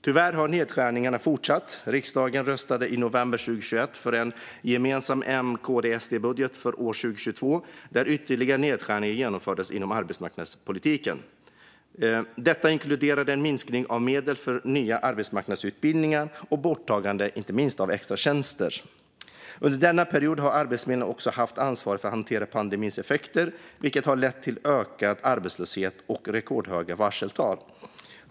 Tyvärr har nedskärningarna fortsatt. Riksdagen röstade i november 2021 för en gemensam M-KD-SD-budget för år 2022, där ytterligare nedskärningar genomfördes inom arbetsmarknadspolitiken. Detta inkluderade en minskning av medel för nya arbetsmarknadsutbildningar och borttagande av inte minst extratjänster. Under denna period har Arbetsförmedlingen också haft ansvaret för att hantera pandemins effekter, vilket har lett till ökad arbetslöshet och rekordhöga varseltal.